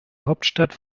hauptstadt